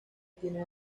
tiene